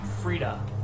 Frida